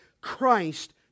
Christ